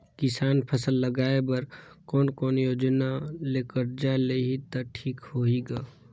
किसान फसल लगाय बर कोने कोने योजना ले कर्जा लिही त ठीक होही ग?